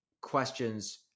questions